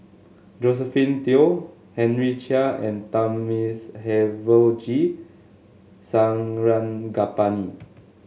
Josephine Teo Henry Chia and Thamizhavel G Sarangapani